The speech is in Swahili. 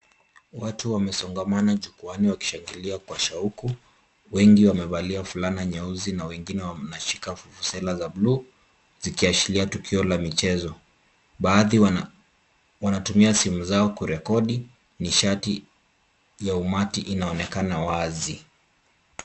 Watu wamesongamana jukuani wakishangilia kwa shauku, wengi wamevalia fulana nyeusi na wengine wameshika vuvuzela za buluu zikiashiria tukio la michezo. Baadhi wanatumia simu zao kurekodi, nishati ya umati inaonekana wazi.